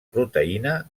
proteïna